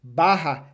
barra